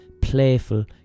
playful